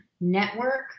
Network